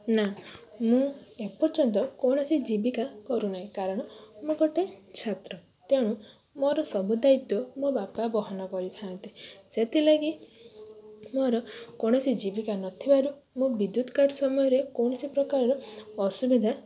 ନାଁ ମୁଁ ଏପର୍ଯ୍ୟନ୍ତ କୌଣସି ଜୀବିକା କରୁନି କାରଣ ମୁଁ ଗୋଟେ ଛାତ୍ର ତେଣୁ ମୋର ସବୁ ଦାୟିତ୍ୱ ମୋ ବାପା ବହନ କରିଥାନ୍ତି ସେଥିଲାଗି ମୋର କୌଣସି ଜୀବିକା ନ ଥିବାରୁ ମୁଁ ବିଦ୍ୟୁତ୍ କାଟ୍ ସମୟରେ କୌଣସି ପ୍ରକାରର ଅସୁବିଧା